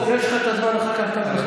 יש לך את הזמן לקבל החלטה.